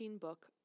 book